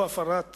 או הפירה